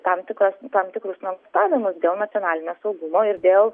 tam tikras tam tikrus nuogąstavimus dėl nacionalinio saugumo ir dėl